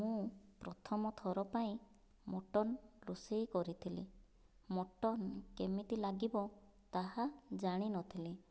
ମୁଁ ପ୍ରଥମଥର ପାଇଁ ମଟନ ରୋଷେଇ କରିଥିଲି ମଟନ କେମିତି ଲାଗିବ ତାହା ଜାଣିନଥିଲି